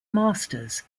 masters